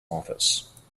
office